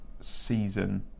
season